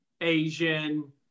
Asian